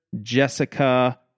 Jessica